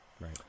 Right